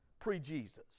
pre-Jesus